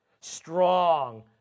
Strong